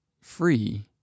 free